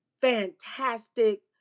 fantastic